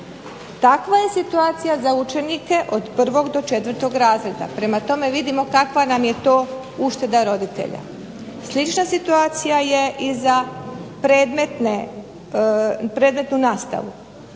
Takva je situacija za udžbenike od 1. do 4. razreda, prema tome vidimo kakva nam je to ušteda roditelja. Slična situacija je za predmetnu nastavu.